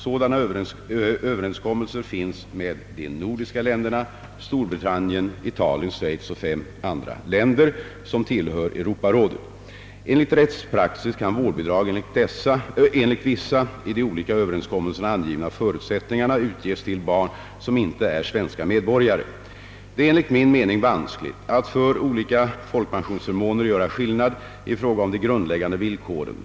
Sådana överenskommelser finns med de nordiska länderna, Storbritannien, Italien, Schweiz och fem andra länder som tillhör Europarådet. Enligt rättspraxis kan vårdbidrag enligt vissa i de olika överenskommelserna angivna förutsättningarna utges till barn som inte är svenska medborgare. Det är enligt min mening vanskligt att för olika folkpensionsförmåner göra skillnad i fråga om de grundläggande villkoren.